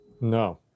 no